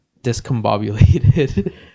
discombobulated